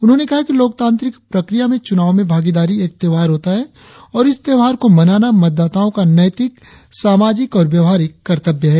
उन्होंने कहा है कि लोकतांत्रिक प्रक्रिया में चूनाव में भागीदारी एक त्योहार होता है और इस त्योहार को मनाना मतदाताओं का नैतिक सामाजिक और व्यवहारिक कर्तव्य है